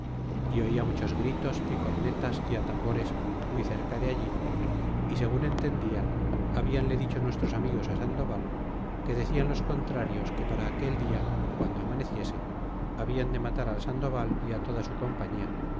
conlbatir oia muchos gritos y cornetas é ata mbores muy cerca de allí segun enkndirn habianle dicho nuestros amigos á sandoval que decían los contrarios que para aquel dia piando amaneciese hablan de matar á sandoval y ó toda su compañía